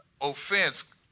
offense